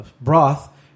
broth